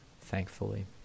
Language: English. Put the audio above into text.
thankfully